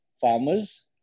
farmers